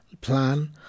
plan